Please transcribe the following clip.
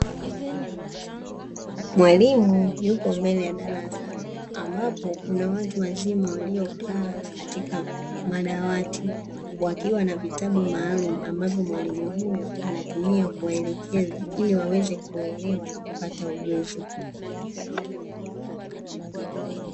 Mwalimu yupo mbele ya darasa, ambapo kuna watu wazima waliokaa katika madawati, wakiwa na vitabu maalumu ambavyo mwalimu huyo anatumia kuwaelekeza, ili waweze kuelewa na kupata ujuzi.